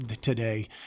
today